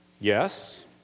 Yes